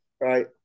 Right